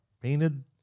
painted